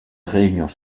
réunions